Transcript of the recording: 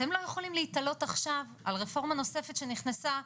אתם לא יכולים להיתלות עכשיו על רפורמה נוספת שנכנסה,